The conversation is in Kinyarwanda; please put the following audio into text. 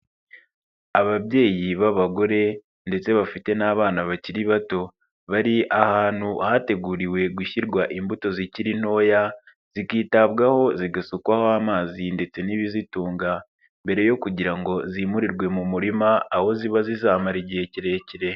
Ababyeyi b'abagore ndetse bafite n'abana bakiri bato, bari ahantu hateguriwe gushyirwa imbuto zikiri ntoya, zikitabwaho zigasukwaho amazi ndetse n'ibizitunga, mbere yo kugira ngo zimurirwe mu murima aho ziba zizamara igihe kirekire.